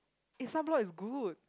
eh sunblock is good